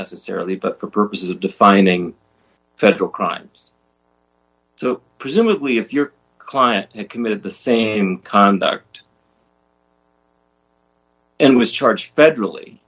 necessarily but for purposes of defining federal crimes so presumably if your client committed the same conduct and was charged